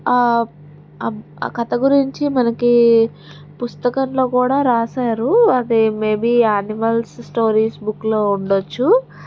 అబ్ ఆ కథ గురించి మనకి పుస్తకంలో కూడా రాశారు అదే మేబీ ఆనిమల్స్ స్టోరీస్ బుక్లో ఉండొచ్చు